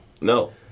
No